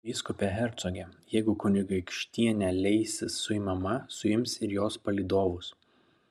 vyskupe hercoge jeigu kunigaikštienė leisis suimama suims ir jos palydovus